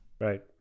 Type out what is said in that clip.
Right